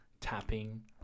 tapping